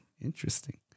Interesting